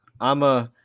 I'ma